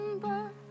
remember